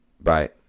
Bye